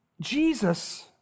Jesus